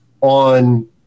on